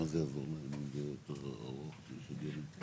אם יש פעולה לחיזוק --- הבעיה שלך היא למה עושים את זה כל כך